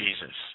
Jesus